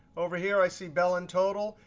over here i see bellen total.